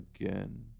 again